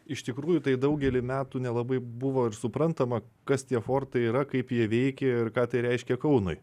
iš tikrųjų tai daugelį metų nelabai buvo ir suprantama kas tie fortai yra kaip jie veikia ir ką tai reiškia kaunui